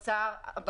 האוצר,